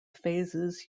phases